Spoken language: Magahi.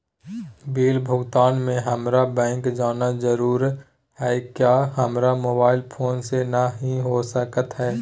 बिल भुगतान में हम्मारा बैंक जाना जरूर है क्या हमारा मोबाइल फोन से नहीं हो सकता है?